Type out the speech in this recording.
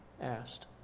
asked